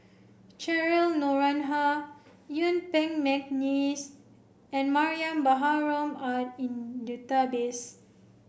Cheryl Noronha Yuen Peng McNeice and Mariam Baharom are in database